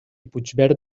puigverd